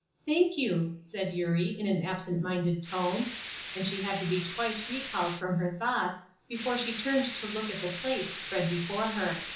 thank you, said eurie, in an absent-minded tone and she had to be twice recalled from her thoughts before she turned to look at the plate spread before her.